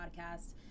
podcast